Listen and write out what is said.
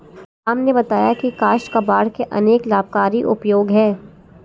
राम ने बताया की काष्ठ कबाड़ के अनेक लाभकारी उपयोग हैं